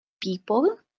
people